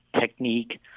technique